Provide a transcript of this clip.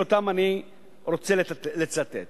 אותן אני רוצה לצטט.